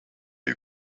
you